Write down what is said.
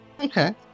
Okay